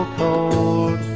cold